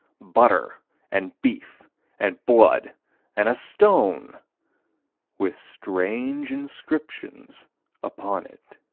butter and beef and blood and a stone with strange inscriptions upon it.